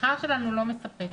השכר שלנו לא מספק'.